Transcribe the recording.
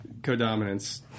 codominance